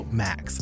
max